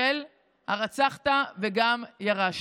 של "הרצחת וגם ירשת".